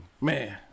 Man